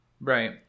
Right